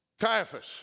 Caiaphas